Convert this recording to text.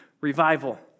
revival